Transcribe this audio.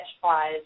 flies